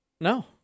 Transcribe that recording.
No